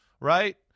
right